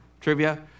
Trivia